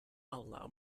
allow